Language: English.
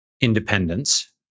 independence